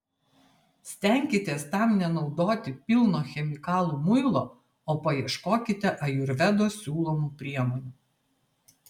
stenkitės tam nenaudoti pilno chemikalų muilo o paieškokite ajurvedos siūlomų priemonių